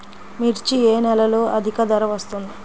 మిర్చి ఏ నెలలో అధిక ధర వస్తుంది?